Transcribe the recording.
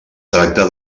tracta